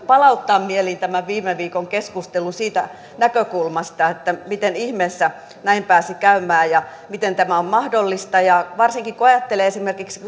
palauttaa mieliin tämän viime viikon keskustelun siitä näkökulmasta miten ihmeessä näin pääsi käymään ja miten tämä on mahdollista ja varsinkin kun ajattelee esimerkiksi